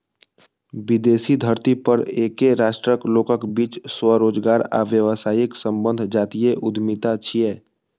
विदेशी धरती पर एके राष्ट्रक लोकक बीच स्वरोजगार आ व्यावसायिक संबंध जातीय उद्यमिता छियै